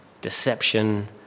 deception